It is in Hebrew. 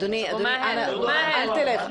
אדוני, אל תלך.